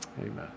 Amen